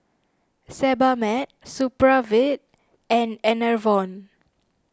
Sebamed Supravit and Enervon